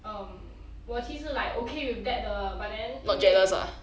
um 我其实 like okay with that 的 but then 因为